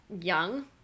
young